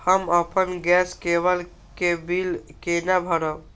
हम अपन गैस केवल के बिल केना भरब?